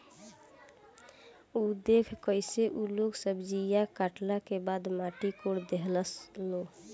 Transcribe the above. उ देखऽ कइसे उ लोग सब्जीया काटला के बाद माटी कोड़ देहलस लो